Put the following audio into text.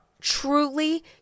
truly